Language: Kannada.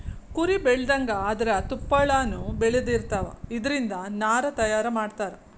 ಕುರಿ ಬೆಳದಂಗ ಅದರ ತುಪ್ಪಳಾನು ಬೆಳದಿರತಾವ, ಇದರಿಂದ ನಾರ ತಯಾರ ಮಾಡತಾರ